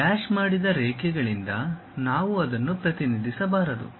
dash ಮಾಡಿದ ರೇಖೆಗಳಿಂದ ನಾವು ಅದನ್ನು ಪ್ರತಿನಿಧಿಸಬಾರದು